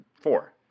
four